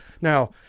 Now